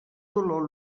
dolor